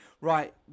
right